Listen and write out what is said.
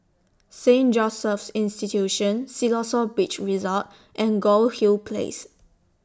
Saint Joseph's Institution Siloso Beach Resort and Goldhill Place